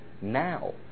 now